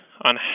on